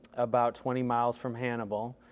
about twenty miles from hannibal.